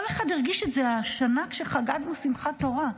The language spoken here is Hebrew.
כל אחד הרגיש את זה השנה כשחגגנו את שמחת תורה.